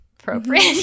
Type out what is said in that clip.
appropriate